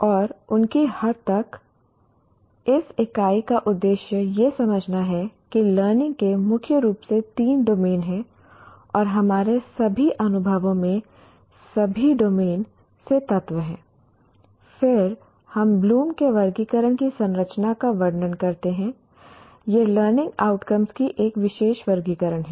और उनकी हद तक इस इकाई का उद्देश्य यह समझना है कि लर्निंग के मुख्य रूप से तीन डोमेन हैं और हमारे सभी अनुभवों में सभी डोमेन से तत्व हैं फिर हम ब्लूम के वर्गीकरण की संरचना का वर्णन करते हैं यह लर्निंग आउटकम्स की एक विशेष वर्गीकरण है